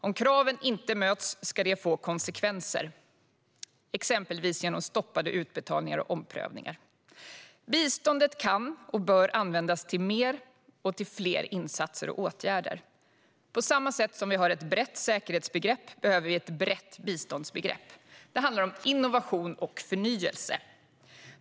Om kraven inte möts ska det få konsekvenser, exempelvis genom stoppade utbetalningar och genom omprövningar. Biståndet kan och bör användas till mer och till fler insatser och åtgärder. På samma sätt som vi har ett brett säkerhetsbegrepp behöver vi ett brett biståndsbegrepp. Det handlar om innovation och förnyelse.